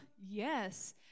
yes